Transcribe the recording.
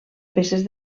peces